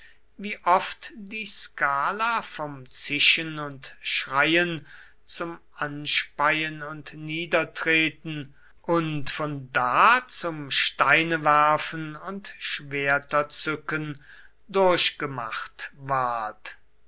wie oft die skala vom zischen und schreien zum anspeien und niedertreten und von da zum steinewerfen und schwerterzücken durchgemacht ward